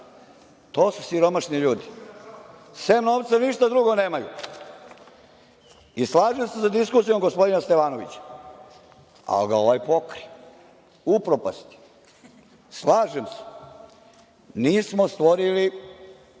To su siromašni ljudi, sem novca ništa drugo nemaju. Slažem se sa diskusijom gospodina Stevanovića, ali ga ovaj pokri, upropasti. Slažem se. Mi smo stvorili